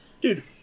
Dude